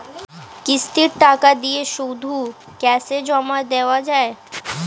কিস্তির টাকা দিয়ে শুধু ক্যাসে জমা দেওয়া যায়?